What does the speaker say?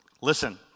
Listen